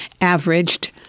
averaged